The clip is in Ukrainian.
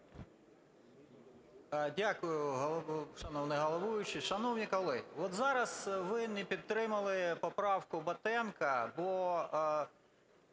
Дякую, шановний головуючий. Шановні колеги, от зараз ви не підтримали поправку Батенка, бо,